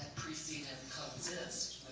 precede and coexist